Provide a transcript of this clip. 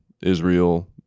Israel